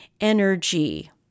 energy